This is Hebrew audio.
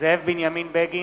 זאב בנימין בגין,